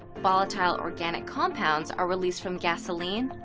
volatile organic compounds are released from gasoline,